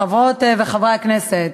חברות וחברי הכנסת,